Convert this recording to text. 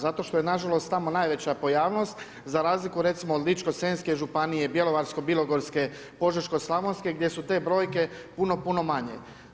Zato što je nažalost tamo najveća pojavnost za razliku recimo od Ličko-senjske županije, Bjelovarko-bilogorske, Požeško-slavonske gdje su te brojke puno, puno manje.